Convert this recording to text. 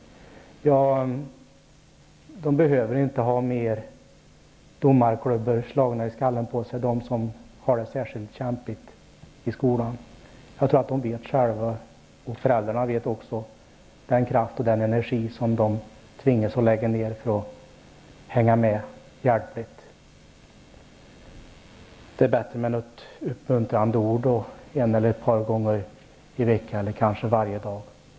De elever som har det särskilt kämpigt i skolan behöver inte ha fler domarklubbor slagna i skallen på sig. Jag tror att de själva vet, liksom föräldrarna, vilken kraft och energi de tvingas lägga ner för att hänga med hjälpligt. Det är bättre med ett uppmuntrande ord en eller annan gång i veckan eller kanske varje dag.